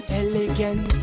elegant